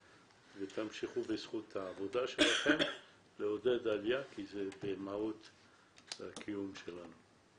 ותמשיכו בזכות העבודה שלכם לעודד עלייה כי זה במהות הקיום שלנו.